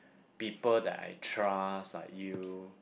people that I trust like you